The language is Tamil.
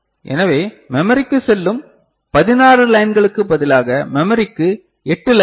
எனவே மெமரிக்கு செல்லும் 16 லைன்ளுக்கு பதிலாக மெமரிக்கு 8 லைன்கள்